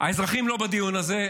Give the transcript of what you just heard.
האזרחים לא בדיון הזה,